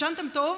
ישנתם טוב?